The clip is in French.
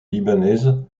libanaise